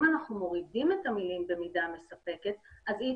אם אנחנו מורידים את המילים "במידה מספקת", אי